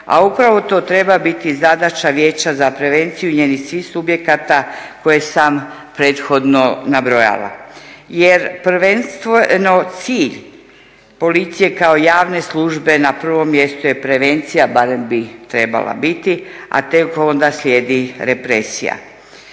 a upravo to treba biti zadaća Vijeća za prevenciju i njenih svih subjekata koje sam prethodno nabrojala. Jer prvenstveno cilj policije kao javne službe na prvom mjestu je prevencija, barem bi trebala biti, a tek onda slijedi represija.